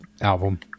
album